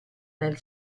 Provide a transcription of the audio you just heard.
nel